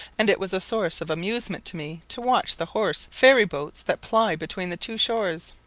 and it was a source of amusement to me to watch the horse ferry-boats that ply between the two shores.